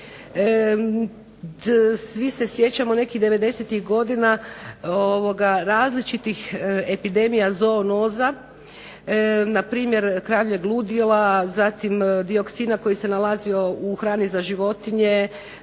Svi se sjećamo nekih '90-ih godina, različitih epidemija zoonoza npr. kravljeg ludila, zatim dioksina koji se nalazio u hrani za životinje,